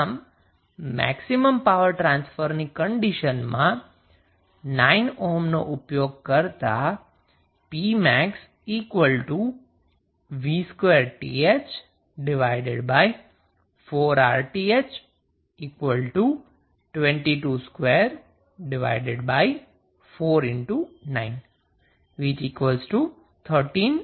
આમ મેક્સિમમ પાવરટ્રાન્સફરની કંડિશનમાં 9 ઓહ્મ pmax VTh24RTh 22249 13